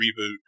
reboot